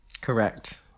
Correct